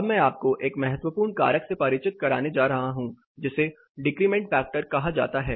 अब मैं आपको एक महत्वपूर्ण कारक से परिचित कराने जा रहा हूं जिसे डिक्रिमेंट फैक्टर कहा जाता है